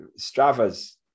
Strava's